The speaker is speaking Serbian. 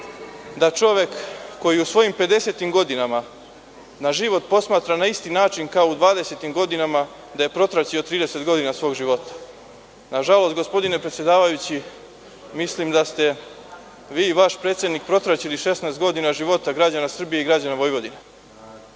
da čovek koji u svojim pedesetim godinama na život posmatra na isti način kao u dvadesetim godina je protraćio 30 godina svog života. Nažalost gospodine predsedavajući, mislim da ste vi i vaš predsednik protraćili 16 godina života građana Srbije i građana Vojvodine. To